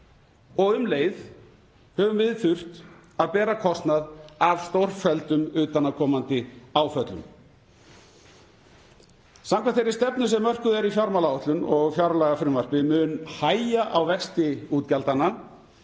Og um leið höfum við þurft að bera kostnað af stórfelldum utanaðkomandi áföllum. Samkvæmt þeirri stefnu sem mörkuð er í fjármálaáætlun og fjárlagafrumvarpi mun hægja á vexti útgjaldanna